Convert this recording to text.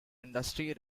industry